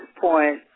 point